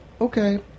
okay